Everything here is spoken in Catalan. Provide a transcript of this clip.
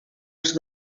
els